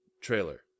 trailer